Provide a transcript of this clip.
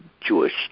Jewish